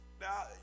Now